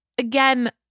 Again